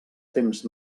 temps